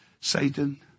Satan